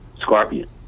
Scorpion